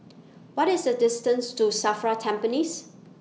What IS The distance to SAFRA Tampines